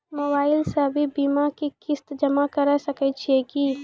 Mobile से भी बीमा के किस्त जमा करै सकैय छियै कि?